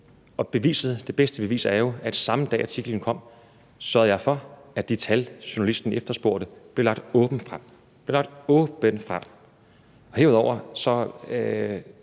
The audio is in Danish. det bedste bevis er jo, at samme dag artiklen kom, sørgede jeg for, at de tal, journalisten efterspurgte, blev lagt åbent frem – blev